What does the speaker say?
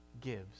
gives